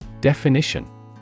Definition